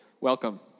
welcome